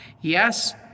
Yes